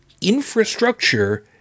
infrastructure